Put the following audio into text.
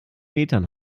metern